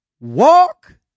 Walk